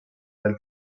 del